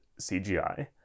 CGI